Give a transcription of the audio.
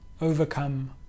overcome